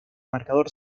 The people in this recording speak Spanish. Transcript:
marcador